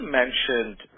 mentioned